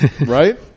Right